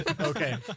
Okay